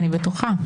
אני בטוחה.